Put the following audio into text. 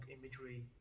imagery